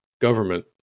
government